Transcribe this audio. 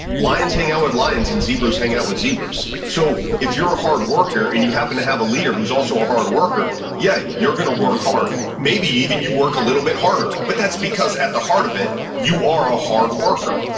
lions hanging out with lions, and zebras hanging out with zebras. so if you're a hard worker and you happen to have a leader who is also a hard worker, yeah, you're going to work hard. maybe even you work a little harder, but that's because at the heart of it, you are a hard worker.